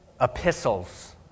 epistles